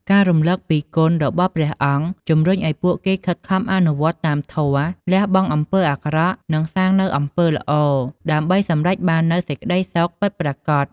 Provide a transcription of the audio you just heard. ការរំលឹកពីគុណរបស់ព្រះអង្គ ជំរុញឱ្យពួកគេខិតខំអនុវត្តតាមធម៌ លះបង់អំពើអាក្រក់ និងសាងនូវអំពើល្អ ដើម្បីសម្រេចបាននូវសេចក្ដីសុខពិតប្រាកដ។